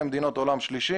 זה מגיע למדינות עולם שלישי.